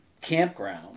Campground